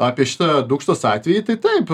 apie šitą dūkštos atvejį tai taip